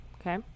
Okay